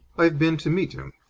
i've been to meet him.